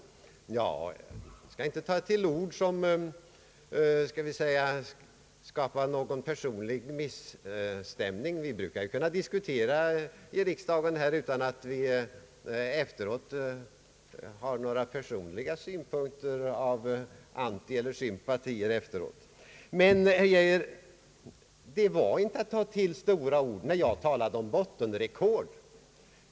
Jag skall inte ta till några ord som, skall vi säga, skapar någon personlig misstämning. Vi brukar kunna diskutera här i riksdagen utan att vi efteråt får personliga antieller sympatier. Men, herr Geijer, det var inte att ta till stora ord när jag talade om bottenrekord.